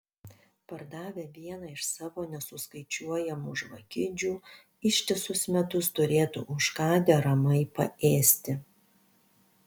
pardavę vieną iš savo nesuskaičiuojamų žvakidžių ištisus metus turėtų už ką deramai paėsti